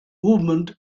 movement